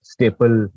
Staple